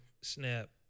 snap